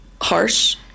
harsh